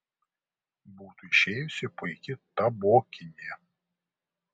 būtų išėjusi puiki tabokinė